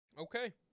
Okay